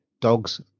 dogs